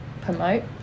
promote